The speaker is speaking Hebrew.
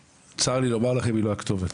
צר לי לומר לכם היא לא הכתובת.